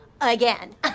Again